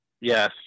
Yes